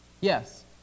Yes